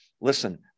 Listen